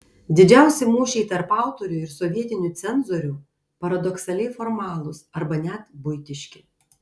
didžiausi mūšiai tarp autorių ir sovietinių cenzorių paradoksaliai formalūs arba net buitiški